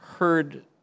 heard